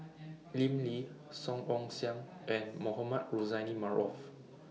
Lim Lee Song Ong Siang and Mohamed Rozani Maarof